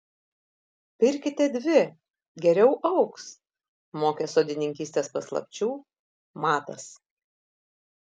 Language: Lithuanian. pirkite dvi geriau augs mokė sodininkystės paslapčių matas